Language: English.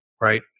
Right